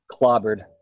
clobbered